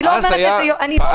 אני לא אומרת איזה יופי.